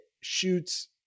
shoots